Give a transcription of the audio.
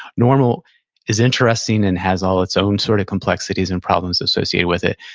normal is interesting and has all its own sort of complexities and problems associated with it,